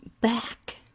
back